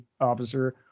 officer